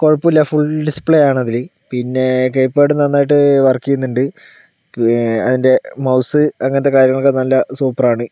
കുഴപ്പമില്ല full display ആണതില് പിന്നെ കീയ്പാഡ് നന്നായിട്ട് വർക്കെയ്യുന്നുണ്ട് അതിൻ്റെ മൗസ് അങ്ങനത്തെ കാര്യങ്ങളൊക്കെ നല്ല സൂപ്പറാണ്